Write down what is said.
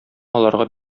аларга